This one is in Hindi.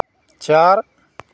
चार